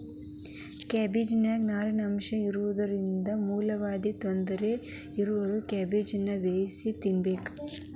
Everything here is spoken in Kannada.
ಕ್ಯಾಬಿಜ್ನಾನ್ಯಾಗ ನಾರಿನಂಶ ಚೋಲೊಇರೋದ್ರಿಂದ ಮೂಲವ್ಯಾಧಿಗಳ ತೊಂದರೆ ಇರೋರು ಬೇಯಿಸಿದ ಕ್ಯಾಬೇಜನ್ನ ತಿನ್ಬೇಕು